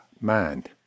mind